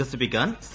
വികസിപ്പിക്കാൻ സി